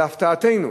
אבל להפתעתנו,